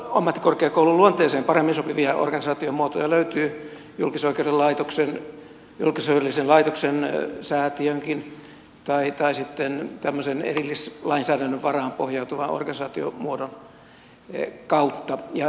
ammattikorkeakoulun luonteeseen paljon paremmin sopivia organisaatiomuotoja löytyy julkisoikeudellisen laitoksen säätiönkin tai sitten tämmöisen erillislainsäädännön varaan pohjautuvan organisaatiomuodon kautta